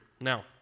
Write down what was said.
Now